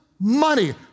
money